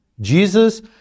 Jesus